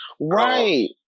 Right